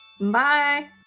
Bye